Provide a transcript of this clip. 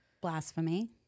Blasphemy